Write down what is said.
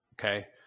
Okay